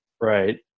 Right